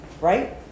Right